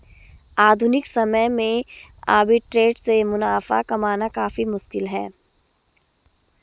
आधुनिक समय में आर्बिट्रेट से मुनाफा कमाना काफी मुश्किल है